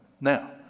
Now